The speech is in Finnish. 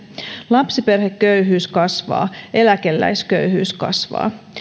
lapsiperheköyhyys kasvaa eläkeläisköyhyys kasvaa